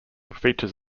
features